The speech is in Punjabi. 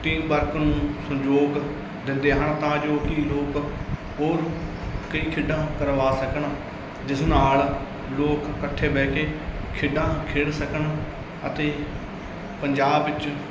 ਟੀਮ ਵਰਕ ਨੂੰ ਸਹਿਯੋਗ ਦਿੰਦੇ ਹਨ ਤਾਂ ਜੋ ਕਿ ਲੋਕ ਹੋਰ ਕਈ ਖੇਡਾਂ ਕਰਵਾ ਸਕਣ ਜਿਸ ਨਾਲ ਲੋਕ ਇਕੱਠੇ ਬਹਿ ਕੇ ਖੇਡਾਂ ਖੇਡ ਸਕਣ ਅਤੇ ਪੰਜਾਬ ਵਿੱਚ